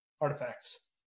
artifacts